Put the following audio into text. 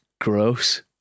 gross